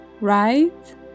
right